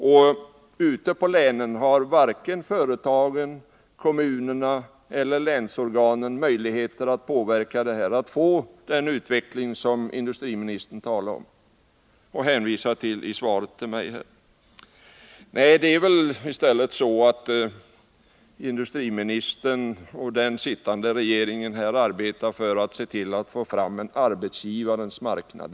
Och ute i länen har varken företagen, kommunerna eller länsorganen några möjligheter att påverka och få den utveckling som industriministern talar om och hänvisar till i svaret till mig. Nej, det är väl i stället så att industriministern och den sittande regeringen arbetar för att få fram en arbetsgivarens marknad.